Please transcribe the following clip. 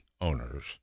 owners